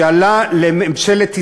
שעלה לממשלת ישראל,